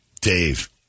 Dave